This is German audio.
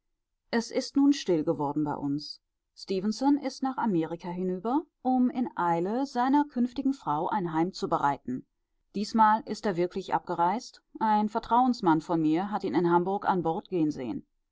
es ist nun still geworden bei uns stefenson ist nach amerika hinüber um in eile seiner künftigen frau ein heim zu bereiten diesmal ist er wirklich abgereist ein vertrauensmann von mir hat ihn in hamburg an bord gehen sehen